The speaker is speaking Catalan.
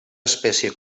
espècie